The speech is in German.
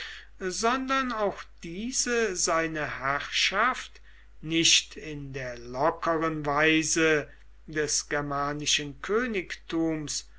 sondern auch diese seine herrschaft nicht in der lockeren weise des germanischen königtums